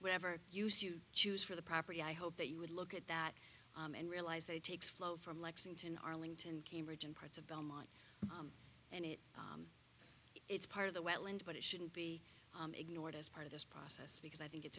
whatever use you choose for the property i hope that you would look at that and realize they takes flow from lexington arlington cambridge and parts of belmont and it it's part of the well and but it shouldn't be ignored as part of this process because i think it's